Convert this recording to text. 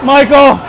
Michael